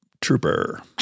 Trooper